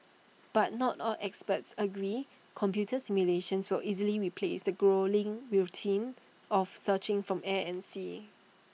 but not all experts agree computer simulations will easily replace the gruelling routine of searching from air and sea